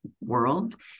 world